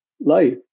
life